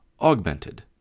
augmented